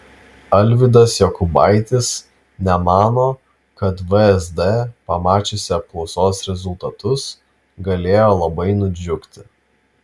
alvydas jokubaitis nemano kad vsd pamačiusi apklausos rezultatus galėjo labai nudžiugti